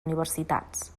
universitats